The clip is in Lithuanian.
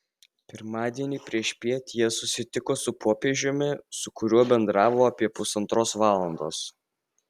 pirmadienį priešpiet jie susitiko su popiežiumi su kuriuo bendravo apie pusantros valandos